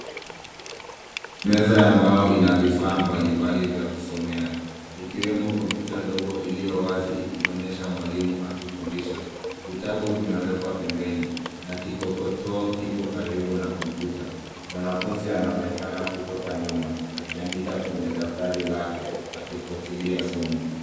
Meza ya mbao ina vifaa mbalimbali vya kusomea ikiwemo kompyuta ndogo iliyo wazi ikionyesha mwalimu akifundisha. Vitabu vimewekwa pembeni na kikokotoo kipo karibu na kompyuta. Mwanafunzi anaonekana kutoka nyuma akiandika kwenye daftari lake akifuatilia somo.